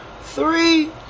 Three